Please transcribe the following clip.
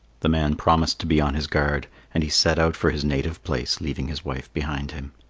the man promised to be on his guard, and he set out for his native place, leaving his wife behind him.